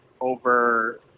over